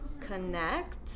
connect